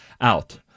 out